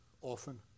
often